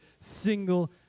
single